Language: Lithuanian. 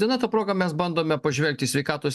diena ta proga mes bandome pažvelgt į sveikatos